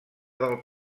del